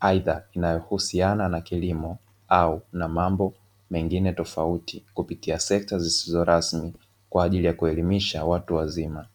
aidha inayohusiana na kilimo au na mambo mengine tofauti kupitia sekta zisizo rasmi kwa ajili ya kuelimisha watu wazima.